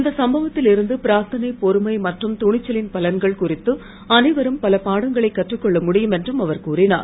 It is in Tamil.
இந்த சம்பவத்தில் இருந்து பிரார்த்தனை பொறுமை மற்றும் துணிச்சலின் பலன்கள் குறித்து அனைவரும் பல பாடங்களை கற்றுக் கொள்ள முடியும் என்றும் அவர் கூறினார்